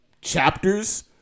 chapters